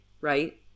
right